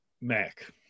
Mac